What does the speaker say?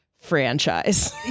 franchise